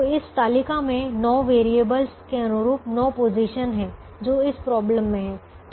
तो इस तालिका में 9 वेरिएबल्स के अनुरूप 9 पोजीशन हैं जो इस समस्यामें हैं